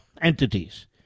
entities